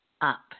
Up